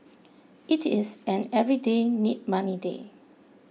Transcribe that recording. it is an everyday need money day